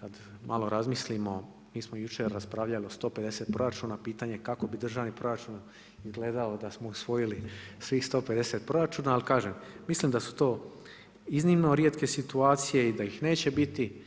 kad malo razmislimo, mi smo jučer raspravljali o 150 proračuna, pitanje kako bi državni proračun izgledao da smo usvojili svih 150 proračuna, ali kažem, mislim da su to iznimno rijetke situacije i da ih neće biti.